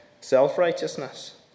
self-righteousness